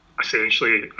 essentially